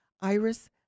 iris